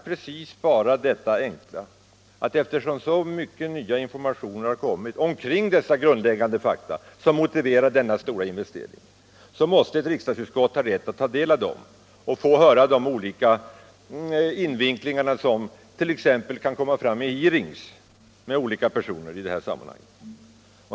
Vi har sagt bara detta enkla, att eftersom så mycket nytt har tillkommit omkring de grundläggande fakta som motiverar denna stora investering, måste ett riksdagsutskott ha rätt till ytterligare information och få vetskap om de olika vinklingar och aspekter som t.ex. kan komma fram vid hearings med olika personer i detta sammanhang.